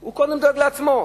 הוא קודם דואג לעצמו.